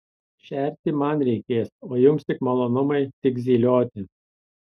šerti man reikės o jums tik malonumai tik zylioti